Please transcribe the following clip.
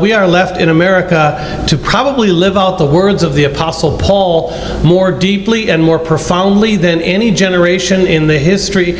we are left in america to probably live out the words of the apostle paul more deeply and more profoundly than any generation in the history